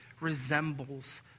resembles